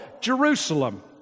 Jerusalem